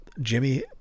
Jimmy